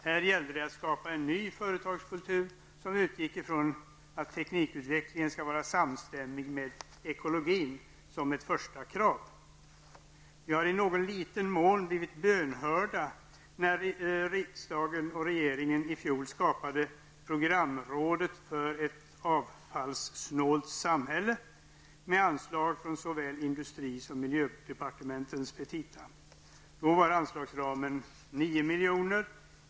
Här gällde det att skapa en ny företagskultur, som utgick från att teknikutvecklingen skall vara samstämmig med ekologin som ett första krav. Vi har i någon liten mån blivit bönhörda när riksdagen och regeringen i fjol skapade programrådet för ett avfallssnålt samhälle med anslag från såväl industri som miljödepartementets petita. Då var anslagsramen 9 miljoner.